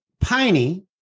Piney